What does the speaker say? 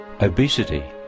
Obesity